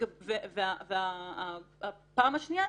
הפעם השנייה,